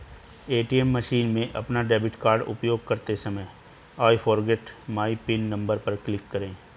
ATM machine में अपना debit card उपयोग करते समय I forget my PIN number पर क्लिक करें